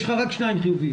יש לך רק שניים חיוביים.